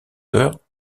d’heures